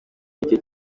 micye